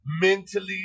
mentally